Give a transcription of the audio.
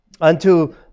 unto